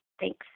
Thanks